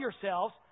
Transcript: yourselves